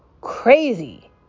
crazy